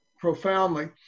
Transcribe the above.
profoundly